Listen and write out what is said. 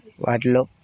వాటిల్లో